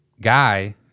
guy